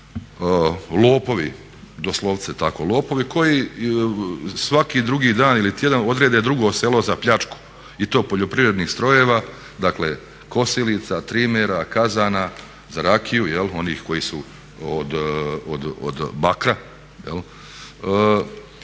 lopovi doslovce tako lopovi koji svaki drugi dan ili tjedan odrede drugo selo za pljačku i to poljoprivrednih strojeva, dakle kosilica, trimera, kazana za rakiju jel' onih koji su od bakra